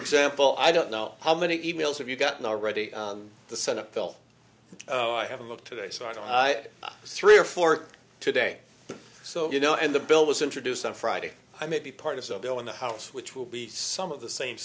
example i don't know how many emails have you gotten already the senate bill i haven't looked today so i don't know three or four today so you know and the bill was introduced on friday i may be part of the bill in the house which will be some of the same